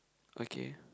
okay